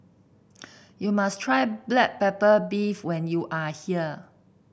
you must try Black Pepper Beef when you are here